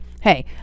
hey